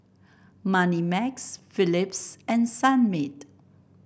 Moneymax Philips and Sunmaid